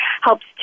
helps